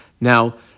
Now